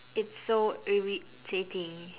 it's so irritating